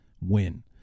win